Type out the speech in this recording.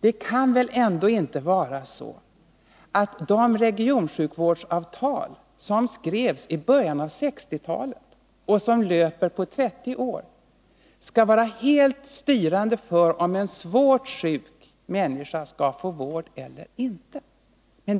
Det kan väl ändå inte vara så att de regionsjukvårdsavtal som skrevs i början av 1960-talet och som löper på 30 år skall vara helt styrande för om en svårt sjuk människa skall få vård eller inte?